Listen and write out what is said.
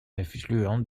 affluent